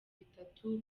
bitatu